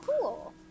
Cool